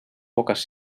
poques